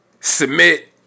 Submit